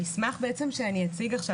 המסמך שאציג עכשיו,